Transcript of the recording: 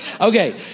Okay